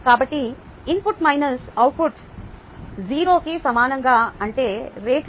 కాబట్టి input minus output 0 కి సమానం అంటే రేట్లు